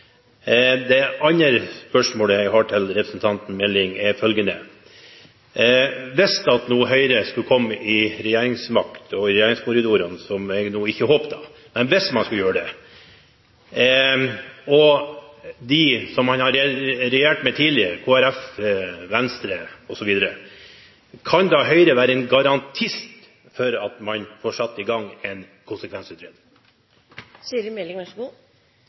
Det andre spørsmålet jeg har til representanten Meling, er følgende: Hvis nå Høyre skulle komme til regjeringsmakt og i regjeringskorridorene – som jeg da ikke håper – sammen med dem som man har regjert med tidligere, Kristelig Folkeparti, Venstre osv., kan Høyre da være en garantist for at man får satt i gang en